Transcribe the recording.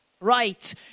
right